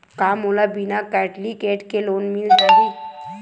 का मोला बिना कौंटलीकेट के लोन मिल जाही?